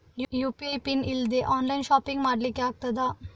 UPI pin ಇಲ್ದೆ online shopping ಮಾಡ್ಲಿಕ್ಕೆ ಆಗ್ತದಾ?